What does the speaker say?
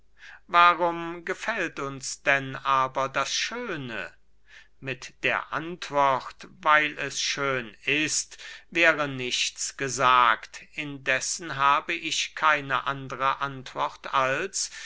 warum gefällt uns denn aber das schöne mit der antwort weil es schön ist wäre nichts gesagt indessen habe ich keine andere antwort als